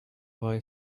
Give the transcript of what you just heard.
boy